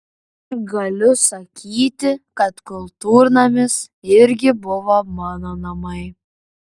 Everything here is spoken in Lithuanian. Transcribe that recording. galiu sakyti kad kultūrnamis irgi buvo mano namai